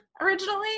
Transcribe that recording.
originally